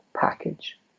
package